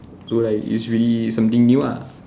so like it's really something new ah